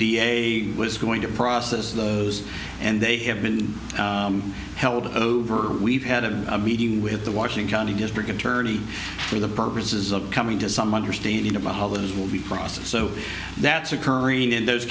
was going to process those and they have been held over we've had a meeting with the washing county district attorney for the purposes of coming to some understanding about how the ins will be processed so that's occurring in those